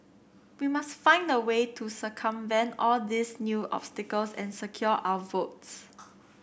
we must find a way to circumvent all these new obstacles and secure our votes